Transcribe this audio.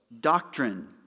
doctrine